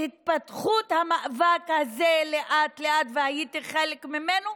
לא מביא לנו תשובות ענייניות לחוקים.